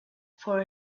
for